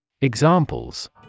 Examples